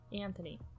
Anthony